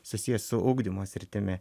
susiję su ugdymo sritimi